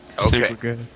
Okay